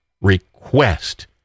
request